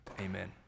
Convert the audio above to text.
amen